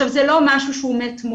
זה לא משהו שהוא מאתמול,